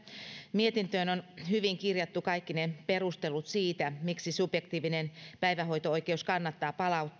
mietintöön on hyvin kirjattu kaikki ne perustelut siitä miksi subjektiivinen päivähoito oikeus kannattaa palauttaa